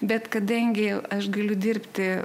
bet kadangi aš galiu dirbti